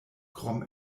krom